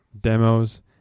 Demos